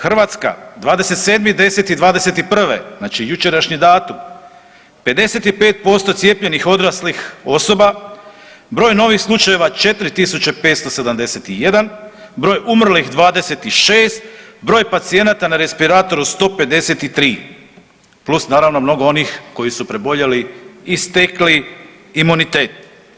Hrvatska 27.10.'21., znači jučerašnji datum, 55% cijepljenih odraslih osoba, broj novih slučajeva 4571, broj umrlih 26, broj pacijenata na respiratora 153 + naravno mnogo onih koji su preboljeli i stekli imunitet.